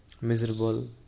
Miserable